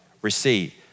Receive